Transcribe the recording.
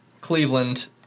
cleveland